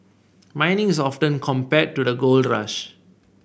mining is often compared to the gold rush